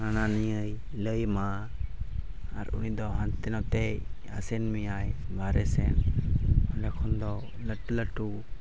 ᱦᱟᱱᱟ ᱱᱤᱭᱟᱹᱭ ᱞᱟᱹᱭ ᱟᱢᱟ ᱟᱨ ᱩᱱᱤ ᱫᱚ ᱦᱟᱱᱛᱮ ᱱᱟᱛᱮᱭ ᱟᱥᱮᱱ ᱢᱮᱭᱟᱭ ᱵᱟᱦᱨᱮ ᱥᱮᱱ ᱚᱸᱰᱮ ᱠᱷᱚᱱ ᱫᱚ ᱞᱟᱹᱴᱩ ᱞᱟᱹᱴᱩ